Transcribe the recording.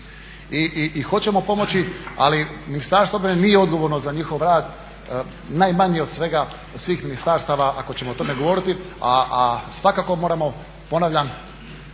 i hoćemo pomoći ali Ministarstvo obrane nije odgovorno za njihov rad, najmanje od svega, od svih ministarstva ako ćemo o tome govoriti, a svakako moramo ponavljam